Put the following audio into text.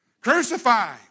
Crucify